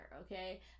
Okay